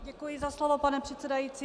Děkuji za slovo, pane předsedající.